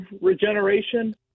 regeneration